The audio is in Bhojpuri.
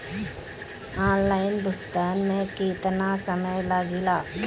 ऑनलाइन भुगतान में केतना समय लागेला?